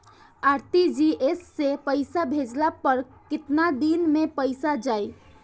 RTGS से पईसा भेजला पर केतना दिन मे पईसा जाई?